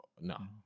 No